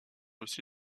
aussi